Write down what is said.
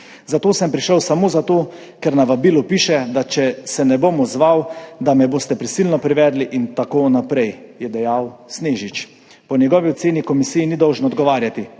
Zato sem prišel samo zato, ker na vabilu piše, da če se ne bom odzval, da me boste prisilno privedli.« In tako naprej. To je dejal Snežič. Po njegovi oceni komisiji ni dolžen odgovarjati,